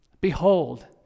Behold